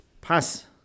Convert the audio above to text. pass